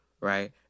right